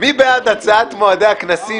מי בעד הצעת מועדי הכנסים?